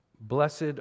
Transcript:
Blessed